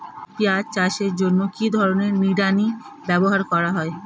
পিঁয়াজ চাষের জন্য কি ধরনের নিড়ানি ব্যবহার করা হয়?